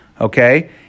Okay